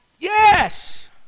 Yes